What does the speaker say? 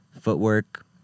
footwork